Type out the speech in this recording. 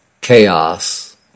chaos